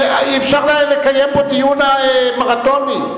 אי-אפשר לקיים פה דיון מרתוני.